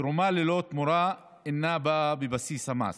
תרומה ללא תמורה אינה באה בבסיס המס.